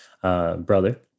brother